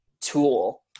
tool